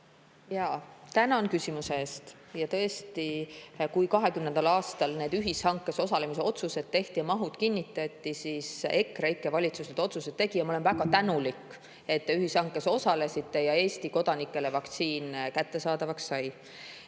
Tänan küsimuse eest! Kui 2020. aastal need ühishankes osalemise otsused tehti ja mahud kinnitati, siis EKREIKE valitsus need otsused tegi. Ja ma olen väga tänulik, et te ühishankes osalesite ja Eesti kodanikele vaktsiin kättesaadavaks sai.